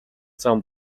зам